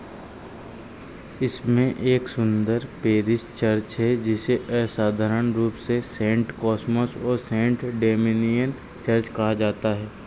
इसमें एक सुंदर पेरिश चर्च है जिसे असाधारण रूप से सेंट कॉस्मास और सेंट डेमिनियन चर्च कहा जाता है